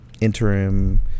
interim